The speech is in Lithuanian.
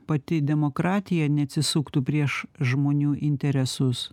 pati demokratija neatsisuktų prieš žmonių interesus